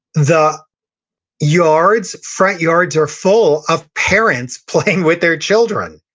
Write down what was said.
the yards, front yards, are full of parents playing with their children,